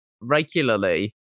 regularly